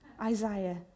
Isaiah